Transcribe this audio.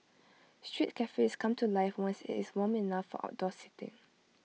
street cafes come to life once IT is warm enough for outdoor seating